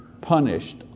punished